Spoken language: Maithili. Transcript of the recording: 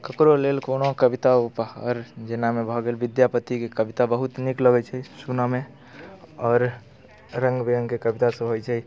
ककरो लेल कोनो कविता उपहार जेनामे भऽ गेल विद्यापतिके कविता बहुत नीक लगै छै सुनऽमे आओर रङ्गबिरङ्गके कवितासब होइ छै